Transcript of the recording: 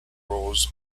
rules